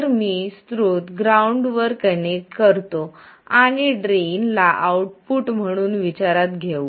तर मी स्त्रोत ग्राउंडवर कनेक्ट करतो आणि ड्रेन ला आउटपुट म्हणून विचारात घेऊ